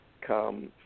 come